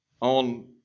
on